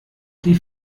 die